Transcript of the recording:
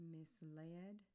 Misled